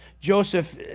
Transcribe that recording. Joseph